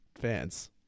fans